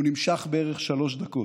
הוא נמשך בערך שלוש דקות.